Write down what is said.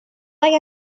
like